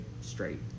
straight